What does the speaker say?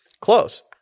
Close